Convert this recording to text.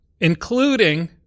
including